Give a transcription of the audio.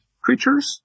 creatures